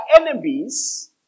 enemies